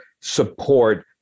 support